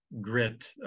grit